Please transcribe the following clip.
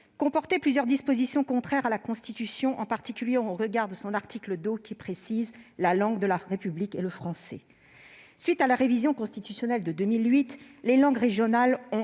comportait plusieurs dispositions contraires à la Constitution, en particulier au regard de son article 2, qui dispose que « la langue de la République est le français ». À la suite de la révision constitutionnelle de 2008, les langues régionales ont,